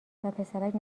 وپسرک